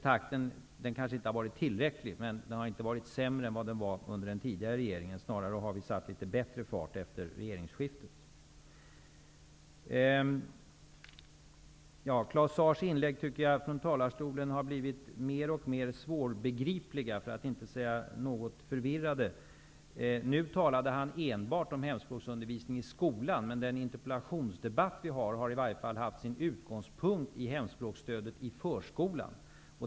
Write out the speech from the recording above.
Takten har kanske inte varit tillräckligt snabb, men den har inte varit långsammare än vad den var under den tidigare regeringsperioden. Vi har efter regeringsskiftet snarare satt litet bättre fart. Claus Zaars inlägg från talarstolen har blivit mer och mer svårbegripliga, för att inte säga något förvirrade. Nu talar han enbart om hemspråksundervisning i skolan, men den interpellationsdebatt som förs har i varje fall haft sin utgångspunkt i hemspråksstödet i förskolan.